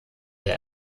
der